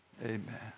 Amen